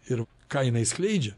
ir ką jinai skleidžia